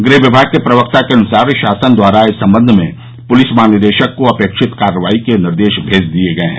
गृह विभाग के प्रवक्ता के अनुसार शासन द्वारा इस संबंध में पुलिस महानिदेशक को अपेक्षित कार्रवाई के निर्देश भेज दिये गये हैं